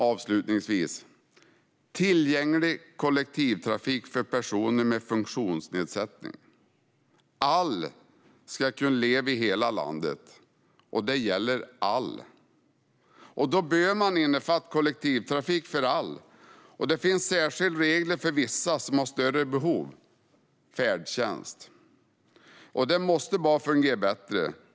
Avslutningsvis ska jag tala om tillgänglig kollektivtrafik för personer med funktionsnedsättning. Alla ska kunna leva i hela landet - det gäller alla. Då bör man ha kollektivtrafik för alla. Det finns särskilda regler för vissa som har större behov - det gäller färdtjänst. Det måste fungera bättre.